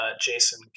Jason